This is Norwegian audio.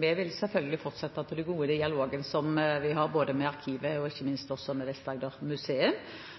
Vi vil selvfølgelig fortsette den gode dialogen som vi har både med Arkivet og ikke minst med